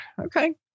Okay